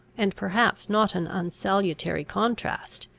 and perhaps not an unsalutary contrast,